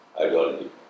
ideology